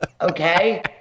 okay